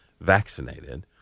vaccinated